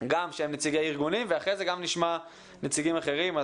גם נציגי ארגונים, ואחר כך גם נשמע נציגים אחרים.